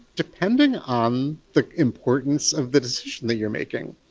depending on the importance of the decision that you're making.